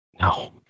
no